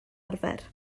arfer